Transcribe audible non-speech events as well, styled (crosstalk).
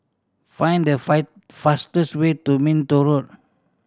find the (unintelligible) fastest way to Minto Road